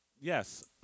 Yes